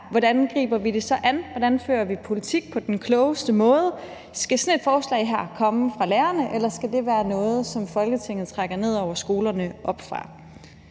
vi så griber det an, hvordan vi fører politik på den klogeste måde. Skal sådan et forslag her komme fra lærerne, eller skal det være noget, som Folketinget trækker ned over skolerne oppefra?